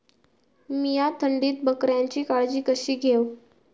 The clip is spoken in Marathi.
मीया थंडीत बकऱ्यांची काळजी कशी घेव?